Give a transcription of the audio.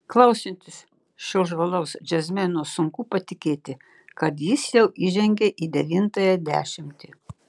klausantis šio žvalaus džiazmeno sunku patikėti kad jis jau įžengė į devintąją dešimtį